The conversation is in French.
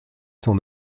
cent